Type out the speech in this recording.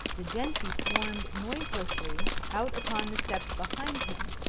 the gentry swarmed noiselessly out upon the steps behind him,